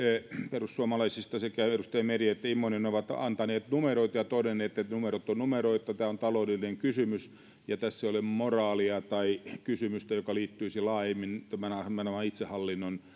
perussuomalaisista sekä edustaja meri että immonen ovat antaneet numeroita ja todenneet että numerot ovat numeroita tämä on taloudellinen kysymys ja tässä ei ole moraalia tai kysymystä joka liittyisi laajemmin ahvenanmaan itsehallinnon